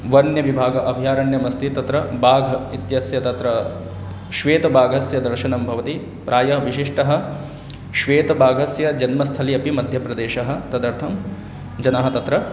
वन्यविभागः अभयारण्यमस्ति तत्र भागः इत्यस्य तत्र श्वेतभागस्य दर्शनं भवति प्रायः विशिष्टस्य श्वेतभागस्य जन्मस्थलम् अपि मद्यप्रदेशः तदर्थं जनाः तत्र